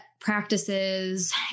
practices